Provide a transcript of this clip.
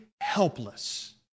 helpless